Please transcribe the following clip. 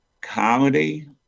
Comedy